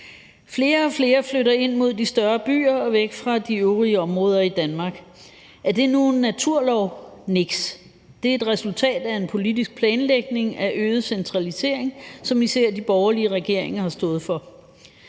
Flere og flere flytter ind mod de større byer og væk fra de øvrige områder i Danmark. Er det nu en naturlov? Niks, det er et resultat af en politisk planlægning af øget centralisering, som vi ser at de borgerlige regeringer har stået for.